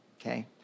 okay